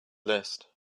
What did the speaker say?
list